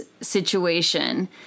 situation